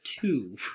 two